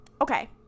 okay